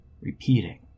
repeating